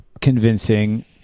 convincing